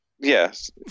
Yes